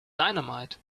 dynamite